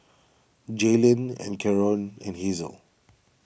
Jaylin and Karon and Hazle